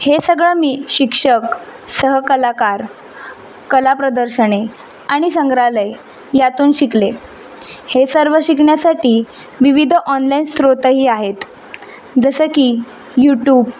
हे सगळं मी शिक्षक सहकलाकार कला प्रदर्शने आणि संग्रहालय यातून शिकले हे सर्व शिकण्यासाठी विविध ऑनलाईन स्रोतंही आहेत जसं की यूटूब